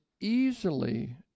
easily